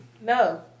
No